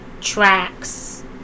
tracks